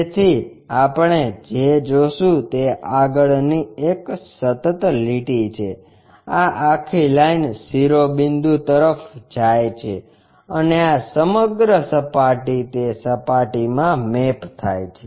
તેથી આપણે જે જોશું તે આગળની એક સતત લીટી છે આ આખી લાઈન શિરોબિંદુ તરફ જાય છે અને આ સમગ્ર સપાટી તે સપાટીમાં મેપ થાય છે